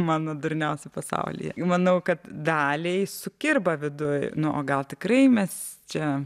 mano durniausi pasaulyje manau kad daliai sukirba viduj na o gal tikrai mes čia